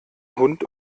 hund